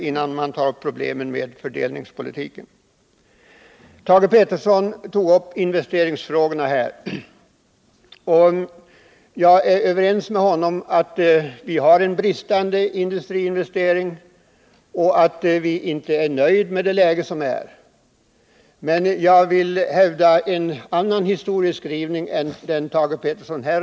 Thage Peterson berörde investeringsfrågorna. Jag är överens med honom om att vi har otillräckliga industriinvesteringar och att investeringsviljan är otillfredsställande. Men jag vill hävda att Thage Petersons historieskrivning inte är riktig.